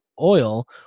oil